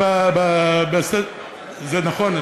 זה נכון,